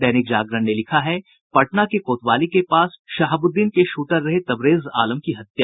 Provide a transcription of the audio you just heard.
दैनिक जागरण ने लिखा है पटना के कोतवाली के पास शहाबुद्दीन के शूटर रहे तबरेज आलम की हत्या